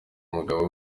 umugabo